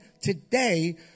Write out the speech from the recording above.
today